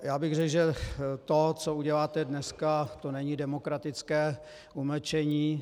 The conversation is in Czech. Já bych řekl, že to, co uděláte dneska, není demokratické umlčení.